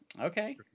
okay